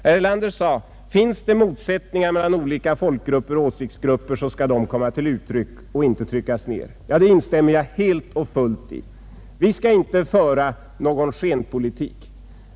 Herr Erlander sade: ”Finns det motsättningar mellan olika folkgrupper och åsiktsgrupper, så skall de komma till uttryck och inte hållas tillbaka.” Det instämmer jag helt och fullt i. Vi skall inte föra någon skenpolitik.